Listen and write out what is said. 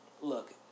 look